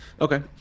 Okay